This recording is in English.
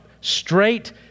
straight